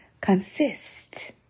consist